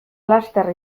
laster